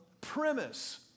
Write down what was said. premise